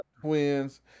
twins